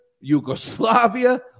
Yugoslavia